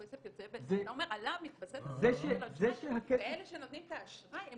אתה אומר עליו מתבסס --- ואלה שנותנים את האשראי הם